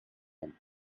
and